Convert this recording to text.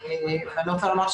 ואני רוצה לומר,